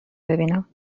ببینم